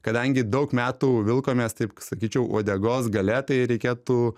kadangi daug metų vilkomės taip k sakyčiau uodegos gale tai reikėtų